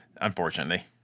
unfortunately